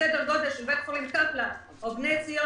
בסדר גודל של בית חולים קפלן או בני ציון,